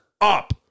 up